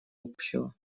общего